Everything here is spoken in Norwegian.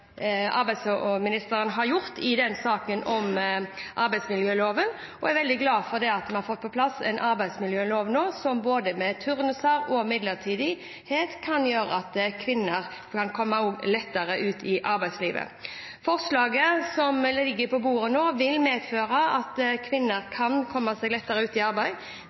har gjort i saken om arbeidsmiljøloven, og jeg er veldig glad for at vi nå får på plass en arbeidsmiljølov som med både turnuser og midlertidighet kan gjøre at kvinner kan komme lettere ut i arbeidslivet. Forslaget som nå ligger på bordet, vil medføre at kvinner kan komme seg lettere ut i arbeid.